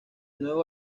nuevo